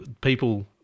people